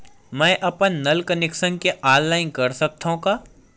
मैं अपन नल कनेक्शन के ऑनलाइन कर सकथव का?